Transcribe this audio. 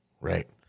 Right